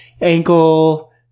ankle